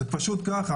זה פשוט כך.